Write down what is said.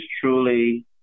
truly